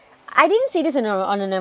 I didn't see this on a on on a